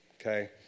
Okay